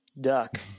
Duck